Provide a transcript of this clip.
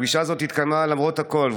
הפגישה הזאת התקיימה למרות הכול,